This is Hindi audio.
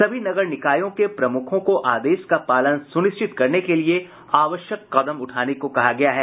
सभी नगर निकायों के प्रमुखों को आदेश का पालन सुनिश्चित करने के लिये आवश्यक कदम उठाने को कहा गया है